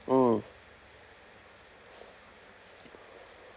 hmm